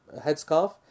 headscarf